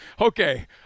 okay